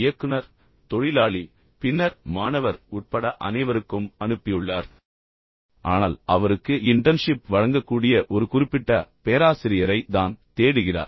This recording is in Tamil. இயக்குனர் தொழிலாளி பின்னர் மாணவர் உட்பட அனைவருக்கும் அனுப்பியுள்ளார் ஆனால் அவருக்கு இன்டர்ன்ஷிப் வழங்கக்கூடிய ஒரு குறிப்பிட்ட பேராசிரியரை தான் தேடுகிறார்